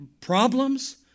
problems